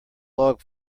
log